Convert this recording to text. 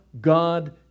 God